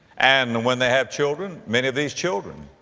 and when they have children, many of these children